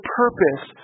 purpose